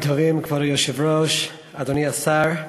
כבוד היושב-ראש, צהריים טובים, אדוני השר,